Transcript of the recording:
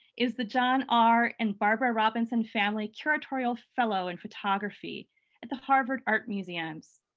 is the john r. and barbara robinson family curatorial fellow in photography at the harvard art museums.